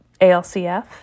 ALCF